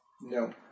No